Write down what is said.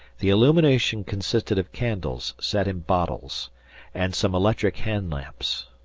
the illumination consisted of candles set in bottles and some electric hand lamps.